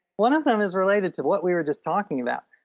one of them is related to what we were just talking about.